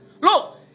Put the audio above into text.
look